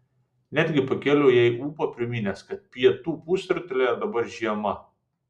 netgi pakėliau jai ūpą priminęs kad pietų pusrutulyje dabar žiema